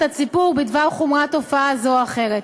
הציבור בדבר חומרת תופעה זו או אחרת.